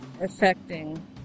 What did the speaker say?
affecting